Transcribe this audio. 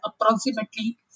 approximately